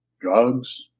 Drugs